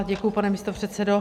Děkuji, pane místopředsedo.